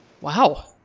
wow